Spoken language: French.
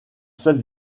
seule